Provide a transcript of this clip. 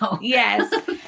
yes